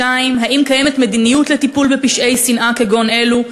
2. האם קיימת מדיניות לטיפול בפשעי שנאה כגון אלו?